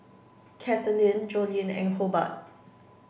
Katelin Joline and Hobart